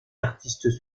artistes